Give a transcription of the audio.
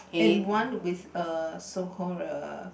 and one with a so call a